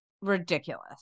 ridiculous